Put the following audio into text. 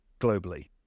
globally